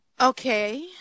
Okay